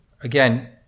again